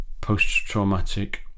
post-traumatic